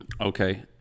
Okay